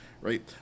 right